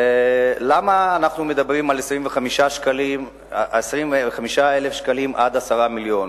למה אנחנו מדברים על 25,000 שקלים עד 10 מיליונים?